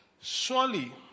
Surely